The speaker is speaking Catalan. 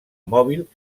mòbil